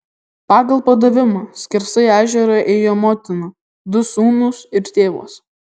pagal padavimą skersai ežerą ėjo motina du sūnūs ir tėvas